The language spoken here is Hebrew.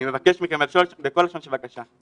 אני מבקש מכם בכל לשון של בקשה,